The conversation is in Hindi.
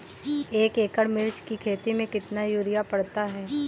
एक एकड़ मिर्च की खेती में कितना यूरिया पड़ता है?